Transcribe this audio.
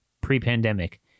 pre-pandemic